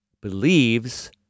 believes